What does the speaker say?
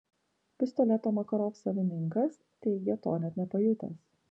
pistoleto makarov savininkas teigia to net nepajutęs